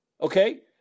okay